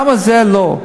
למה זה לא?